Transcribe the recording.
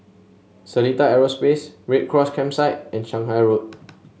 Seletar Aerospace Red Cross Campsite and Shanghai Road